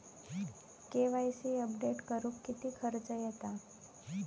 KYC update करुक किती खर्च येता?